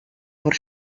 por